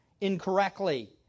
incorrectly